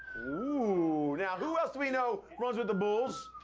ooooh! now who else do we know runs with the bulls?